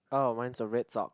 oh one is a red sock